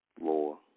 Law